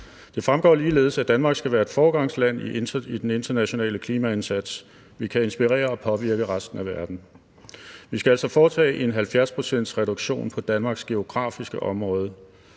Det fremgår ligeledes, at Danmark skal være et foregangsland i den internationale klimaindsats: Vi kan inspirere og påvirke resten af verden. Vi skal altså foretage en 70-procentsreduktion for Danmarks geografiske område.